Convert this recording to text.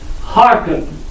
Hearken